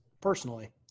personally